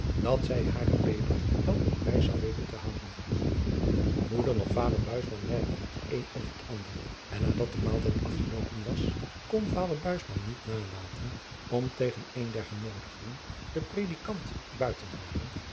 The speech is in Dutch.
dat zij hare peper wel op prijs zou weten te houden moeder noch vader buisman merkten het een of het ander en nadat de maaltijd afgeloopen was kon vader buisman niet nalaten om tegen een der genoodigden den predikant